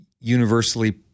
universally